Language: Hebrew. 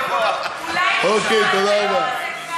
אוקיי, תודה רבה.